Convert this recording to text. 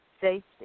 safety